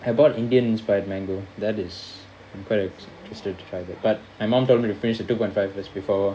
I bought indian inspired mango that is I'm quite excit~ interested to try it but my mom told me to finish the two point five first before